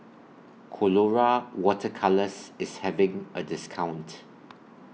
Colora Water Colours IS having A discount